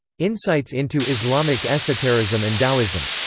insights into islamic esoterism and taoism.